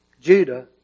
Judah